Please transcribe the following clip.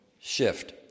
shift